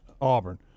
Auburn